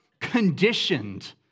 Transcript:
conditioned